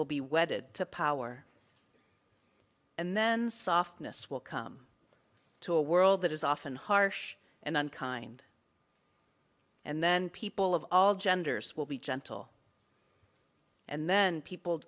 will be wedded to power and then softness will come to a world that is often harsh and unkind and then people of all genders will be gentle and then people